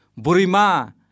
Burima